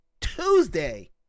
Tuesday